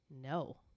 no